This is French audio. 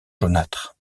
jaunâtre